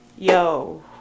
Yo